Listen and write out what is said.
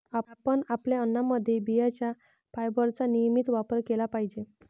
आपण आपल्या अन्नामध्ये बियांचे फायबरचा नियमित वापर केला पाहिजे